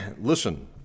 listen